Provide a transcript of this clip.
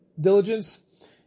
diligence